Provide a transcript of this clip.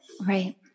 right